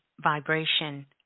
vibration